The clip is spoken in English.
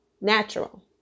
Natural